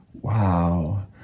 Wow